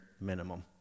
minimum